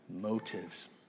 motives